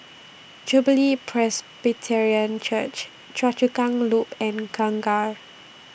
Jubilee Presbyterian Church Choa Chu Kang Loop and Kangkar